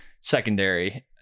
secondary